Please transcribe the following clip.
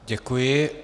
Děkuji.